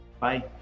Bye